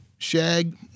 Shag